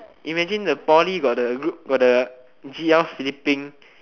imagine the poly got the group got the g_l sleeping